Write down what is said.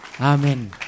Amen